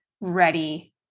ready